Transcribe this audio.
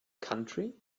country